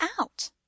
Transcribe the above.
out